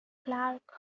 clark